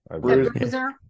bruiser